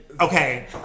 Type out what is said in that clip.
Okay